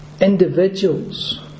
individuals